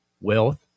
wealth